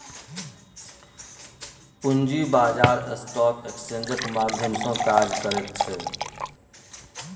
पूंजी बाजार स्टॉक एक्सेन्जक माध्यम सँ काज करैत छै